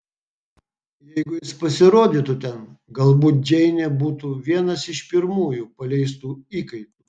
jeigu jis pasirodytų ten galbūt džeinė būtų vienas iš pirmųjų paleistų įkaitų